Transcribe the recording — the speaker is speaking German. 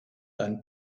einen